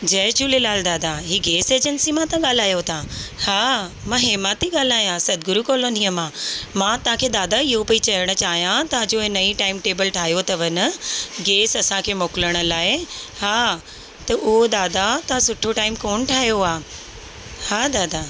जय झूलेलाल दादा हीअ gas agency मां था ॻाल्हायो तव्हां हा मां हेमा थी ॻाल्हायां सतगुरु कॉलोनीअ मां मां तव्हांखे दादा इहो पई चवण चाहियां तव्हांजो हीअ नई टाइमटेबल ठाहियो अथव न गैस असांखे मोकिलण लाइ हा त उहो दादा तव्हां सुठो टाइम कोन ठाहियो आहे हा दादा